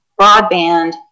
broadband